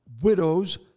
widows